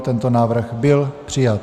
Tento návrh byl přijat.